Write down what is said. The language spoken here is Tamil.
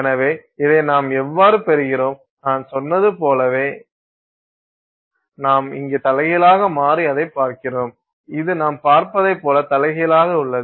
எனவே இதை நாம் எவ்வாறு பெறுகிறோம் நான் சொன்னது போலவே நாம் இங்கே தலைகீழாக மாறிஅதை பார்க்கிறோம் இது நாம் பார்ப்பதைப் போல தலைகீழாக உள்ளது